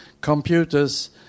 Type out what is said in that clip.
computers